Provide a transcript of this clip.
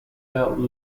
held